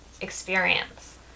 experience